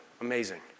Amazing